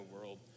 world